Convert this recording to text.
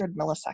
milliseconds